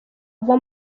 ava